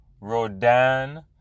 Rodan